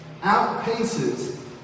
outpaces